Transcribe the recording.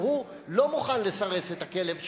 והוא לא מוכן לסרס את הכלב שלו,